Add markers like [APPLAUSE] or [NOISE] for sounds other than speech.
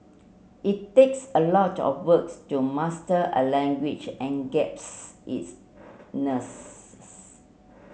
it takes a lot of works to master a language and [UNINTELLIGIBLE] its [UNINTELLIGIBLE]